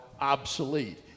obsolete